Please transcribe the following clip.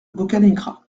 boccanegra